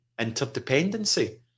interdependency